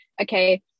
okay